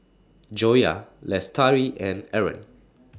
Joyah Lestari and Aaron